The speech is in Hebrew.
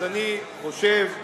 אז אני חושב שאתה,